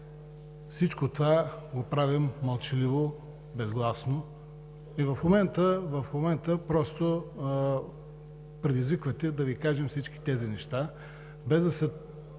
Всичко това го правим мълчаливо, безгласно и в момента просто предизвиквате да Ви кажем всички тези неща, без да се